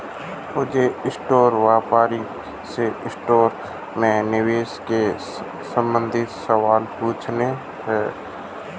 मुझे स्टॉक व्यापारी से स्टॉक में निवेश के संबंधित सवाल पूछने है